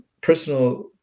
personal